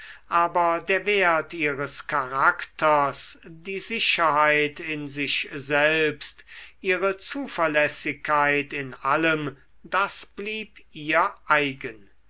aber der wert ihres charakters die sicherheit in sich selbst ihre zuverlässigkeit in allem das blieb ihr eigen